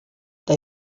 they